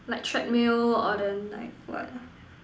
like treadmill or then like what